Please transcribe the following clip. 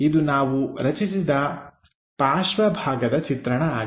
ಇದು ನಾವು ರಚಿಸಿದ ಪಾರ್ಶ್ವ ಭಾಗದ ಚಿತ್ರಣ ಆಗಿದೆ